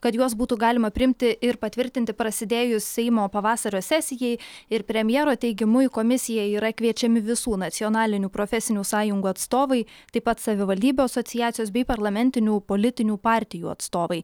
kad juos būtų galima priimti ir patvirtinti prasidėjus seimo pavasario sesijai ir premjero teigimu į komisiją yra kviečiami visų nacionalinių profesinių sąjungų atstovai taip pat savivaldybių asociacijos bei parlamentinių politinių partijų atstovai